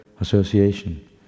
association